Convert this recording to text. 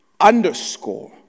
underscore